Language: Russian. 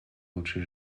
лучшей